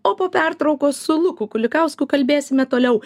o po pertraukos su luku kulikausku kalbėsime toliau